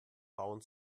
bauen